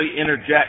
interject